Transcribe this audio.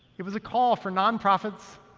it was a call for nonprofits,